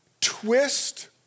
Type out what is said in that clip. twist